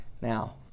Now